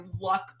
luck